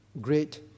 great